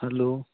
hello